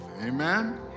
Amen